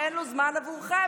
ואין לו זמן עבורכם,